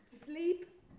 Sleep